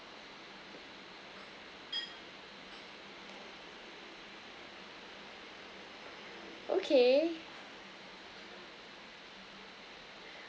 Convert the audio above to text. okay